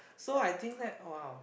so I think that !wow!